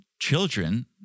children